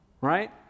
Right